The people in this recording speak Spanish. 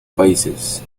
países